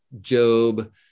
job